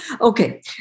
Okay